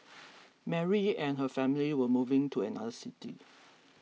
Mary and her family were moving to another city